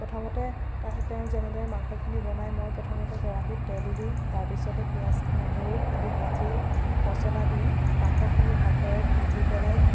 প্ৰথমতে তাই তেওঁ যেনেদৰে মাংসখিনি বনাই মই প্ৰথমতে কেৰাহিত তেল দি তাৰপিছতে পিঁয়াজ নহৰু আদি ভাজি মছলা দি মাংসখিনি ভালদৰে ভাজি পেলাই